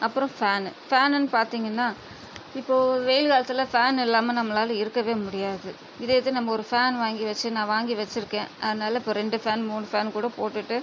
அப்பறம் ஃபேன் ஃபேன்னுன்னு பார்த்தீங்கன்னா இப்போது வெயில் காலத்தில் ஃபேன் இல்லாமல் நம்மளால இருக்கவே முடியாது இதே இது நம்ம ஒரு ஃபேன் வாங்கி வச்சு நான் வாங்கி வச்சுருக்கேன் அதனாலே இப்போது ரெண்டு ஃபேன் மூணு ஃபேன் கூட போட்டுகிட்டு